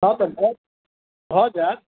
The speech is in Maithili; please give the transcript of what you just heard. हाँ तऽ भऽ जायत